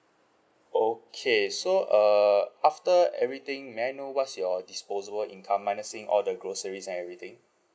okay so err after everything may I know what's your disposable income minusing all the groceries and everything